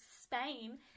Spain